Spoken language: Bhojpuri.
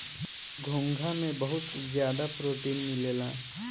घोंघा में बहुत ज्यादा प्रोटीन मिलेला